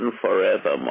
forevermore